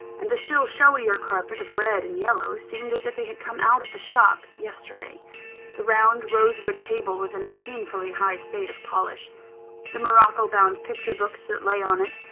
and the still showier carpet of red and yellow, seemed as if they had come out of the shop yesterday the round rosewood table was in a painfully high state of polish the morocco-bound picture books that lay on it,